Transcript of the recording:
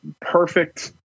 perfect